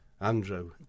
Andrew